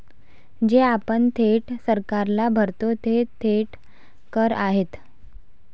जे आपण थेट सरकारला भरतो ते थेट कर आहेत